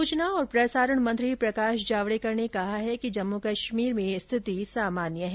सूचना और प्रसारण मंत्री प्रकाश जावड़ेकर ने कहा है कि जम्मू कश्मीर में स्थिति सामान्य है